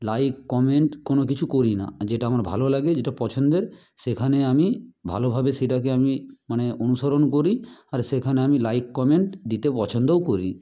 like comment কোনও কিছু করি না যেটা আমার ভালো লাগে যেটা পছন্দের সেখানে আমি ভালোভাবে সেটাকে আমি মানে অনুসরণ করি আর সেখানে আমি লাইক কমেন্ট দিতে পছন্দও করি